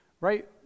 right